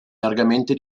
largamente